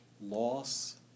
loss